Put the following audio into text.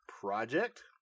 project